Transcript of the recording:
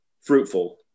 fruitful